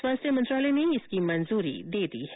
स्वास्थ्य मंत्रालय ने इसकी मंजूरी दे दी है